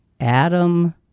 Adam